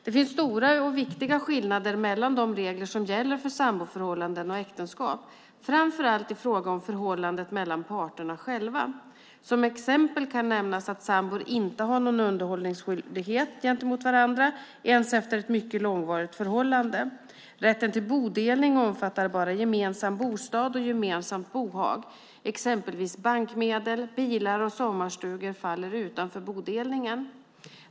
Det finns stora och viktiga skillnader mellan de regler som gäller för samboförhållanden och äktenskap, framför allt i fråga om förhållandet mellan parterna själva. Som exempel kan nämnas att sambor inte har någon underhållsskyldighet gentemot varandra ens efter ett mycket långvarigt förhållande. Rätten till bodelning omfattar bara gemensam bostad och gemensamt bohag. Exempelvis bankmedel, bilar och sommarstugor faller utanför bodelningen.